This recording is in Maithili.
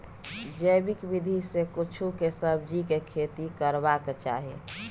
जैविक विधी से कद्दु के सब्जीक खेती करबाक चाही?